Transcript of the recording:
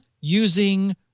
using